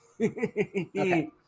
Okay